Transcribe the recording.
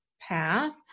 path